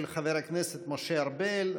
של חבר הכנסת משה ארבל.